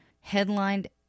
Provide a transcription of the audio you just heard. Headlined